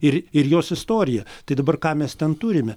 ir ir jos istoriją tai dabar ką mes ten turime